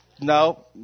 No